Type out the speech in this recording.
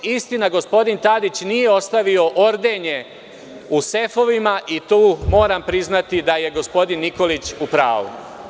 Istina, gospodin Tadić nije ostavio ordenje u sefovima i tu moram priznati da je gospodin Nikolić u pravu.